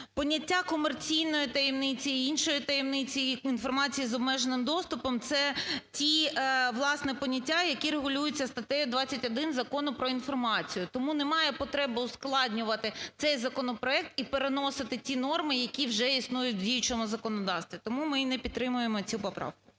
Поняття комерційної таємниці, іншої таємниці, інформації з обмеженим доступом – це ті, власне, поняття, які регулюються статтею 21 Закону про інформацію. Тому немає потреби ускладнювати цей законопроект і переносити ті норми, які вже існують в іншому законодавстві. Тому ми й не підтримуємо цю поправку.